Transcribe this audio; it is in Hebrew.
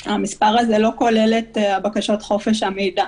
המספר הזה לא כולל את בקשות חופש המידע,